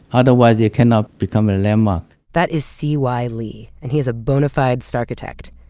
otherwise it cannot become a landmark that is c y. lee, and he is a bonafide starchitect.